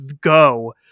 go